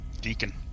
Deacon